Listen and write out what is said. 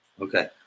Okay